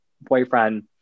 boyfriend